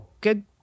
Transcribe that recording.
good